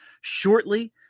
shortly